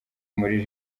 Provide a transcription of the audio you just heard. muri